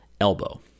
elbow